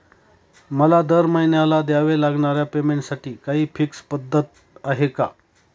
मला दरमहिन्याला द्यावे लागणाऱ्या पेमेंटसाठी काही फिक्स पद्धत आहे का?